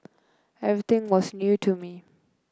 everything was new to me